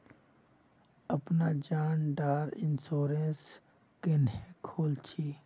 अपना जान डार इंश्योरेंस क्नेहे खोल छी?